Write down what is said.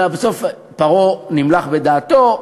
בסוף פרעה נמלך בדעתו,